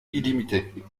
illimitée